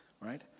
right